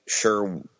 Sure